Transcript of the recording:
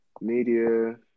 media